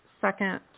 second